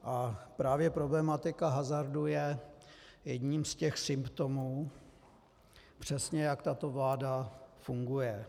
A právě problematika hazardu je jedním z těch symptomů, přesně jak tato vláda funguje.